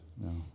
No